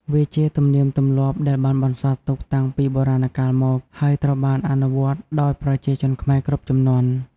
វាជាទំនៀមទម្លាប់ដែលបានបន្សល់ទុកតាំងពីបុរាណកាលមក ហើយត្រូវបានអនុវត្តដោយប្រជាជនខ្មែរគ្រប់ជំនាន់។